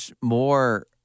more